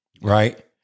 right